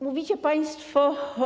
Mówicie państwo.